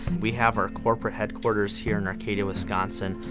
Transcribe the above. we have our corporate headquarters here in arcadia, wisconsin,